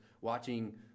watching